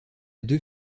deux